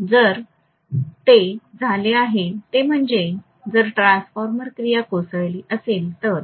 तर जे झाले आहे ते म्हणजे जर ट्रान्सफॉर्मर क्रिया कोसळली असेल तर